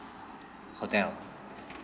hotel